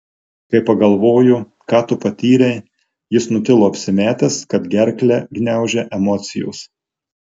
kai pagalvoju ką tu patyrei jis nutilo apsimetęs kad gerklę gniaužia emocijos